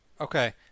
Okay